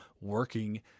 working